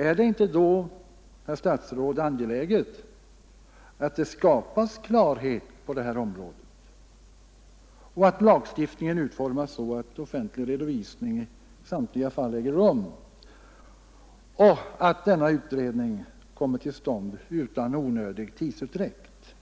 Är det inte då, herr statsråd, angeläget att det skapas klarhet på det här området och att lagstiftningen utformas så att offentlig redovisning i samtliga fall äger rum och att denna utredning kommer till stånd utan onödig tidsutdräkt?